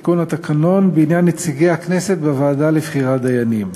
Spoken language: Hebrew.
הכנסת לתיקון התקנון בעניין נציגי הכנסת בוועדה לבחירת דיינים.